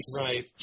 Right